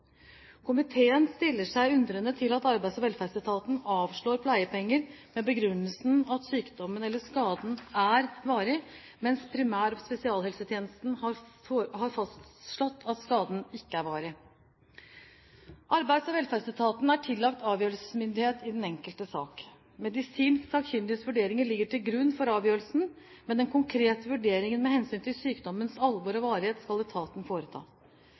Komiteen stiller seg undrende til at Arbeids- og velferdsetaten avslår pleiepenger med begrunnelsen at sykdommen eller skaden er varig, mens primær- og spesialisthelsetjenesten har fastlått at skaden ikke er varig. Arbeids- og velferdsetaten er tillagt avgjørelsesmyndighet i den enkelte sak. Medisinsk sakkyndigs vurdering ligger til grunn for avgjørelsen, men den konkrete vurderingen med hensyn til sykdommens alvor og varighet, skal etaten foreta.